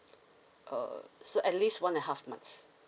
uh so at least one and half months